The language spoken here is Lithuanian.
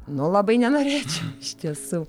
nu labai nenorėčiau iš tiesų